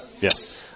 Yes